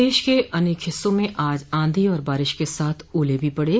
प्रदेश के अनेक हिस्सों में आज आंधी और बारिश के साथ ओले भी पड़े